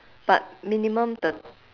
but minimum thir~